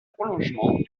prolongement